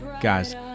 Guys